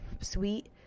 sweet